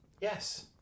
yes